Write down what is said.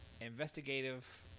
investigative